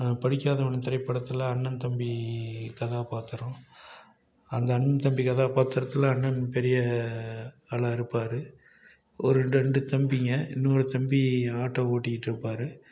படிக்காதவன் திரைப்படத்தில் அண்ணன் தம்பி கதாப்பாத்திரம் அந்த அண்ணன் தம்பி கதாப்பாத்திரத்தில் அண்ணன் பெரிய ஆளாக இருப்பார் ஒரு ரெண் ரெண்டு தம்பிங்க இன்னொரு தம்பி ஆட்டோ ஓட்டிட்ருப்பார்